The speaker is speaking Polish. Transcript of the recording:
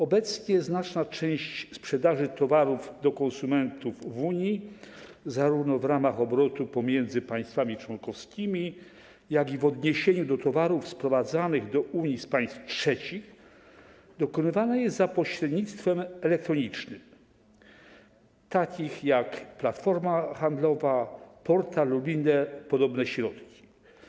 Obecnie znaczna część sprzedaży towarów konsumentom w Unii, zarówno w ramach obrotu pomiędzy państwami członkowskimi, jak i w odniesieniu do towarów sprowadzanych do Unii z państw trzecich, dokonywana jest za pośrednictwem elektronicznym - platformy handlowej, portalu lub innych podobnych środków.